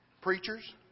preachers